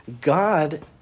God